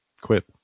quit